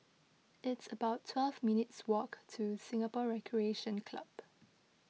it's about twelve minutes' walk to Singapore Recreation Club